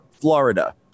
florida